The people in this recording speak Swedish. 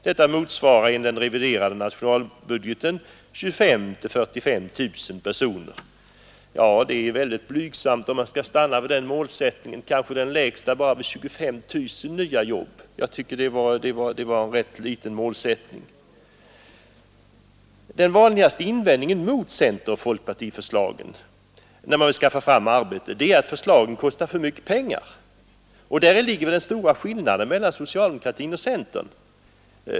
Detta motsvarar enligt den reviderade nationalbudgeten 25 000-45 000 personer.” Det är en mycket blygsam målsättning, som lägst innebär bara 25 000 nya jobb. Den vanligaste invändningen mot centeroch folkpartiförslagen om att skaffa fram arbeten är att förslagen kostar för mycket pengar. Däri ligger den stora skillnaden mellan socialdemokratin och centern.